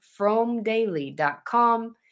FromDaily.com